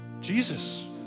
Jesus